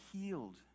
healed